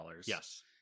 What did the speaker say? Yes